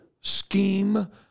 scheme